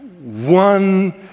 one